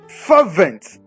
fervent